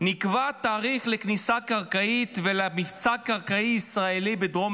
נקבע תאריך לכניסה קרקעית ולמבצע קרקעי ישראלי בדרום